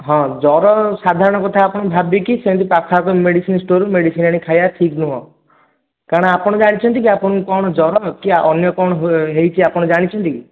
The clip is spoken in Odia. ହଁ ଜ୍ଵର ସାଧାରଣ କଥା ଆପଣ ଭାବିକି ସେମିତି ପାଖଆଖ ମେଡ଼ିସିନ୍ ଷ୍ଟୋର୍ରୁ ମେଡ଼ିସିନ୍ ଆଣିକି ଖାଇବା ଠିକ୍ ନୁହଁ କାରଣ ଆପଣ ଜାଣିଛନ୍ତି କି ଆପଣଙ୍କୁ କ'ଣ ଜ୍ଵର କି ଅନ୍ୟ କ'ଣ ହୋଇଛି ଆପଣ ଜାଣିଛନ୍ତି କି